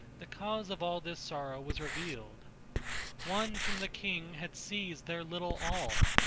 the cause of all this sorrow was revealed one from the king had seized their little all,